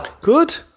good